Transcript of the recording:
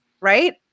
right